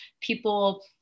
people